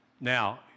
Now